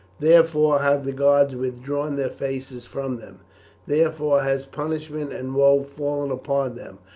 therefore have the gods withdrawn their faces from them therefore has punishment and woe fallen upon them.